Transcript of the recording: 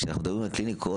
כשאנחנו מדברים על קליניקות,